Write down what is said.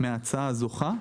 מההצעה הזוכה,